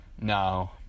No